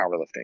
powerlifting